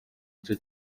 gice